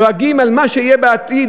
דואגים על מה שיהיה בעתיד,